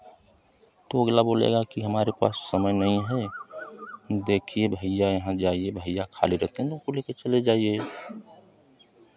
तो अगला बोलेगा कि हमारे पास समय नहीं है देखिए भैया यहाँ जाइए भैया खाली रहते तो उनको लेके चले जाइए